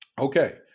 okay